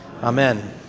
Amen